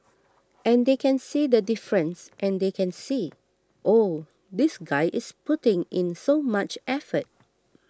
and they can see the difference and they can see oh this guy is putting in so much effort